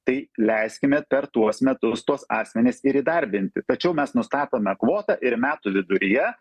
tai leiskime per tuos metus tuos asmenis ir įdarbinti tačiau mes nustatome kvotą ir metų viduryje